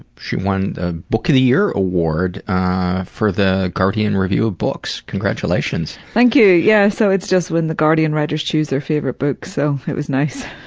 she won a book of the year award for the guardian review of books. congratulations. thank you. yeah, so, it's just when the guardian writers choose their favorite books. so, it was nice.